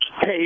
Hey